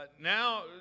now